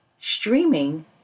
streaming